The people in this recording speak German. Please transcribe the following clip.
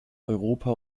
europa